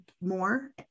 more